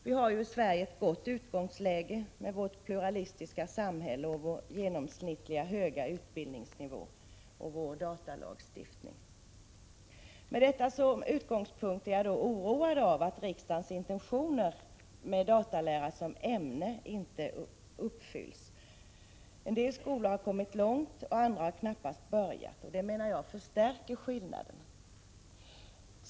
Vi har i Sverige ett gott utgångsläge, med vårt pluralistiska samhälle, vår genomsnittligt höga utbildningsnivå och vår datalagstiftning. Med detta som utgångspunkt är jag oroad över om riksdagens intentioner med datalära som ämne inte uppfylls. En del skolor har kommit långt, medan andra knappast har börjat. Detta menar jag förstärker skillnaderna.